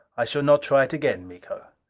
i shall not try it again, miko.